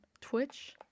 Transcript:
Twitch